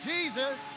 Jesus